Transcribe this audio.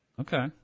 okay